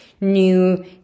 new